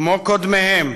כמו קודמיהם,